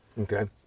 okay